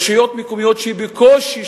רשויות מקומיות שבקושי,